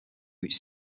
which